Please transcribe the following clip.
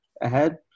ahead